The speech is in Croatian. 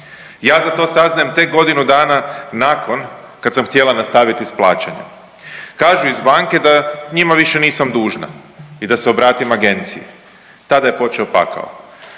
ja za to saznajem tek godinu dana nakon kad sam htjela nastaviti s plaćanjem, kažu iz banke da njima više nisam dužna i da se obratim agenciji, tada je počeo pakao,